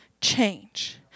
change